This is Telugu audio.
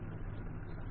వెండర్ సరే